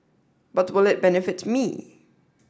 but will it benefit me